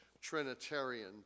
Trinitarian